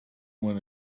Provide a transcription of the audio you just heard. when